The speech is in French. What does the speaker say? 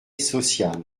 social